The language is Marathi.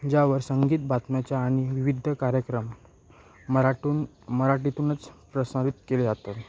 ज्यावर संगीत बातम्याच्या आणि विविध कार्यक्रम मराठून मराठीतूनच प्रसारित केले जातं